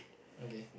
okay